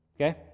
Okay